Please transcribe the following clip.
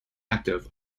active